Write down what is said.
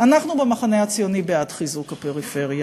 אנחנו במחנה הציוני בעד חיזוק הפריפריה.